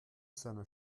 seiner